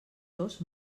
dos